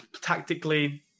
tactically